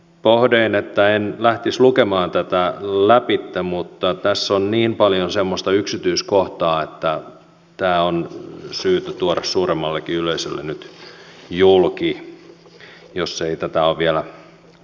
pohdin että en lähtisi lukemaan tätä lävitse mutta tässä on niin paljon semmoista yksityiskohtaa että tämä on syytä tuoda suuremmallekin yleisölle nyt julki jos ei tätä ole vielä lukenut